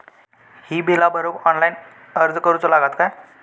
ही बीला भरूक ऑनलाइन अर्ज करूचो लागत काय?